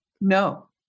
No